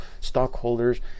stockholders